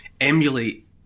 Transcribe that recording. emulate